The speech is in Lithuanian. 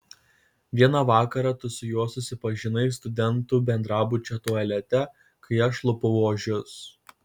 vieną vakarą tu su juo susipažinai studentų bendrabučio tualete kai aš lupau ožius